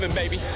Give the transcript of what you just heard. baby